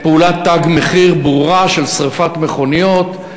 פעולת "תג מחיר" ברורה של שרפת מכוניות,